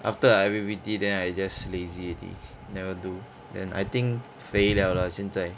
after I I_P_P_T then I just lazy already never do then I think 肥 liao lah 现在